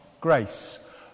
Grace